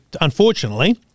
unfortunately